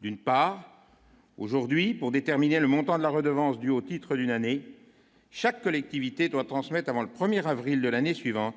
d'une part aujourd'hui pour déterminer le montant de la redevance due au titre d'une année, chaque collectivité doit transmettre avant le 1er avril de l'année suivante,